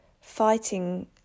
fighting